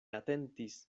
atentis